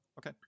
Okay